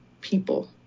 people